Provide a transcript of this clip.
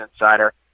Insider